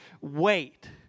wait